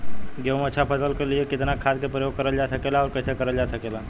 गेहूँक अच्छा फसल क लिए कितना खाद के प्रयोग करल जा सकेला और कैसे करल जा सकेला?